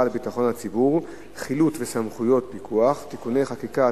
על ביטחון הציבור (חילוט וסמכויות פיקוח) (תיקוני חקיקה),